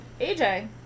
AJ